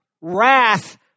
wrath